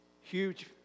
huge